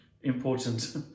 important